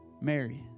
Mary